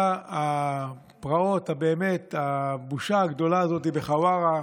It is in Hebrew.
הפרעות, הבושה הגדולה הזאת בחווארה,